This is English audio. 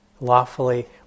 lawfully